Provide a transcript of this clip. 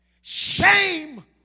shame